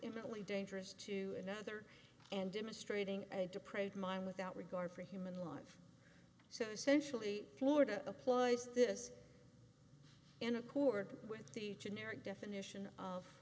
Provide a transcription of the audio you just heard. imminently dangerous to another and demonstrating a deprived mind without regard for human life so essentially florida applies this in accord with the generic definition of